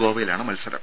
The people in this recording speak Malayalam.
ഗോവയിലാണ് മത്സരം